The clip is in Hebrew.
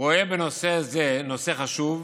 רואה בנושא זה נושא חשוב,